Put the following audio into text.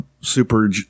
super